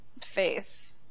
face